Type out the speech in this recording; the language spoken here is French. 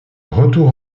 retour